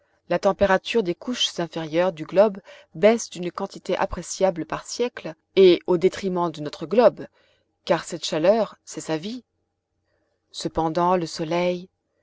la température des couches inférieures du globe baisse d'une quantité appréciable par siècle et au détriment de notre globe car cette chaleur c'est sa vie cependant le soleil